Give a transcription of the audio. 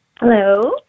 Hello